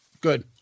Good